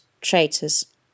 traitors